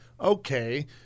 Okay